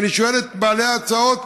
ואני שואל את בעלי ההצעות: